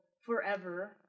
forever